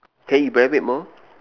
can you elaborate more